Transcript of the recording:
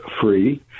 free